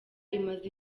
imaze